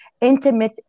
Intimate